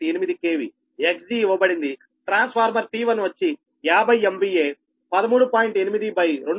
8 KV Xg ఇవ్వబడిందిట్రాన్స్ఫార్మర్ T1 వచ్చి 50 MVA 13